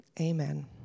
Amen